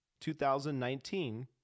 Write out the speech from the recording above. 2019